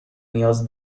نیاز